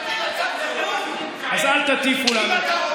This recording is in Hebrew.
אז אל תטיפו לנו.